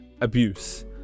abuse